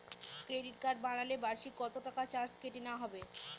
Credit card বানালে বার্ষিক কত টাকা চার্জ কেটে নেওয়া হবে?